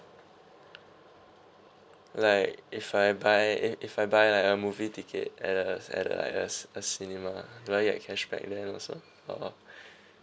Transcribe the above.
like if I buy if I buy a movie ticket at a at a at a cin~ a cinema do I get the cashback then also or